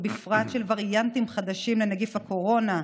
ובפרט של וריאנטים חדשים לנגיף הקורונה,